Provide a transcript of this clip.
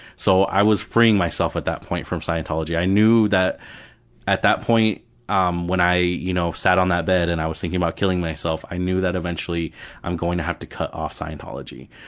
so i was freeing myself at that point from scientology. i knew that at that point um when i you know sat on that bed and i was thinking about killing myself, i knew that eventually i'm going to have to cut off scientology,